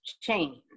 change